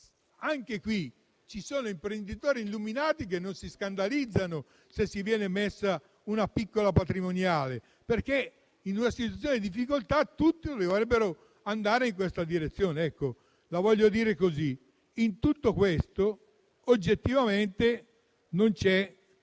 a questo, ci sono imprenditori illuminati che non si scandalizzano se viene messa una piccola patrimoniale, perché in una situazione di difficoltà tutti dovrebbero andare in questa direzione. In tutto questo, oggettivamente non c'è